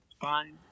Fine